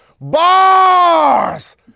bars